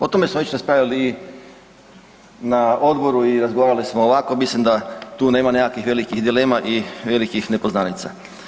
O tome smo već raspravljali i na odboru i razgovarali smo ovako, mislim da tu nema nekakvih velikih dilema i velikih nepoznanica.